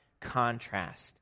contrast